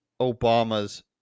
Obama's